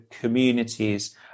communities